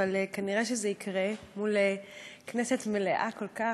אבל כנראה זה יקרה מול כנסת מלאה כל כך.